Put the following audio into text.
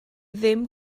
ddim